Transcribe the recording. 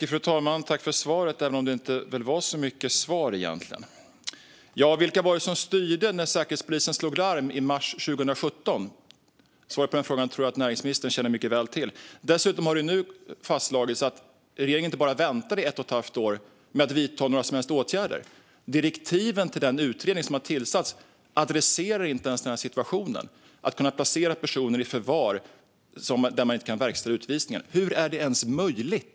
Fru talman! Tack för svaret, även om det egentligen inte var så mycket till svar. Vilka var det som styrde när Säkerhetspolisen slog larm i mars 2017? Svaret på den frågan tror jag att näringsministern känner till mycket väl. Dessutom har det nu fastslagits att regeringen inte bara väntade i ett och ett halvt år med att vidta några som helst åtgärder; direktiven till den utredning som har tillsatts adresserar inte ens situationen att kunna placera personer för vilka utvisning inte kan verkställas i förvar. Hur är detta ens möjligt?